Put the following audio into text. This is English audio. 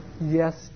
yes